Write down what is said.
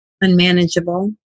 unmanageable